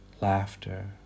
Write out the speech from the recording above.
laughter